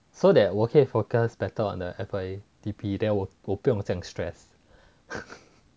so that 我可以 focus better on the 那个 D_P then 我我不用这样 stress